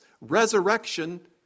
resurrection